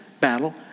battle